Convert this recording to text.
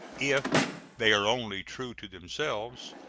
if they are only true to themselves,